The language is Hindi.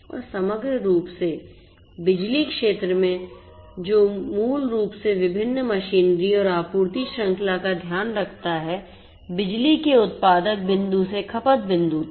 और समग्र रूप से बिजली क्षेत्र जो मूल रूप से विभिन्न मशीनरी और आपूर्ति श्रृंखला का ध्यान रखता है बिजली के उत्पादक बिंदु से खपत बिंदु तक